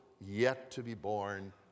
yet-to-be-born